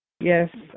Yes